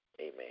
Amen